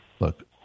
Look